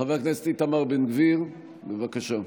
חבר הכנסת איתמר בן גביר, בבקשה.